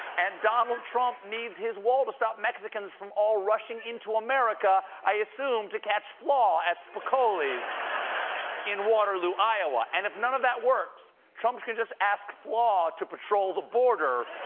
and donald trump needs his wall to stop mexicans from all rushing in to america i assume to catch flaw at spicoli's in waterloo, iowa. and if none of that works, trump can just ask flaw to patrol the border.